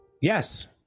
Yes